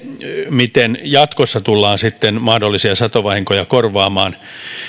miten jatkossa tullaan sitten mahdollisia satovahinkoja korvaamaan